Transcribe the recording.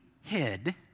hid